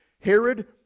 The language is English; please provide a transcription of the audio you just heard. Herod